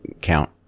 count